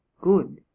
good